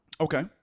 Okay